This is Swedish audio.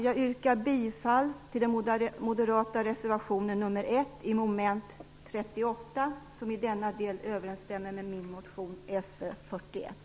Jag yrkar bifall till den moderata reservationen 1 i mom. 38, som i denna del överensstämmer med min motion Fö41.